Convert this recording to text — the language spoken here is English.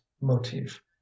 motif